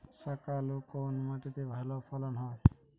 শাকালু কোন মাটিতে ভালো ফলন হয়?